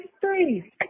three